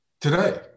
today